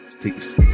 Peace